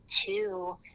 two